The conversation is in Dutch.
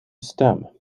stem